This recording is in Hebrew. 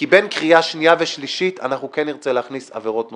כי לקראת הקריאה השנייה והשלישית כן נרצה להכניס עבירות נוספות.